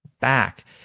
back